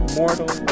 mortal